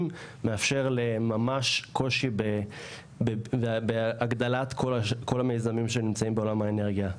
ממש גורם לקושי בהגדלת כל המיזמים שנמצאים בעולם האנרגיה.